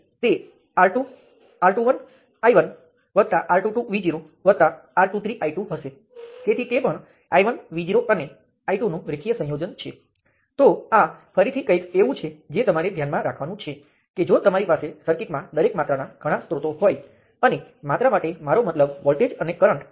તેથી આ બાબત અહીં આ સમગ્ર નેટવર્ક N1 નાં સબસ્ટીટ્યૂશન માટે છે તેવી જ રીતે અહીં આ સમગ્ર નેટવર્ક N1 નાં સબસ્ટીટ્યૂશન માટે છે